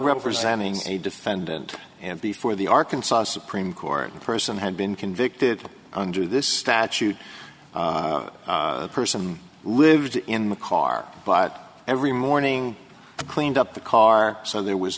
representing a defendant and before the arkansas supreme court a person had been convicted under this statute a person lived in the car but every morning cleaned up the car so there was